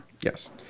Yes